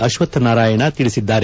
ಅಶ್ವತ್ವ ನಾರಾಯಣ ತಿಳಿಸಿದ್ದಾರೆ